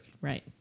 Right